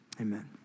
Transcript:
Amen